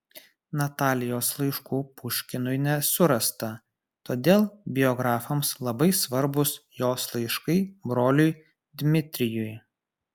natalijos laiškų puškinui nesurasta todėl biografams labai svarbūs jos laiškai broliui dmitrijui